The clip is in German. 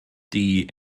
die